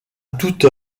toute